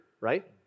Right